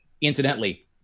incidentally